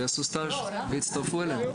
שיעשו סטז' ויצטרפו אלינו.